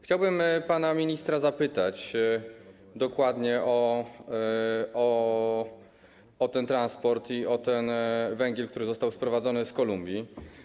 Chciałbym pana ministra zapytać dokładnie o ten transport i o ten węgiel, który został sprowadzony z Kolumbii.